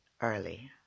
early